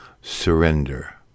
surrender